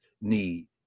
need